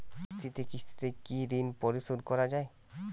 কিস্তিতে কিস্তিতে কি ঋণ পরিশোধ করা য়ায়?